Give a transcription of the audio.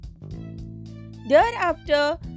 Thereafter